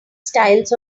styles